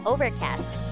Overcast